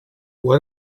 what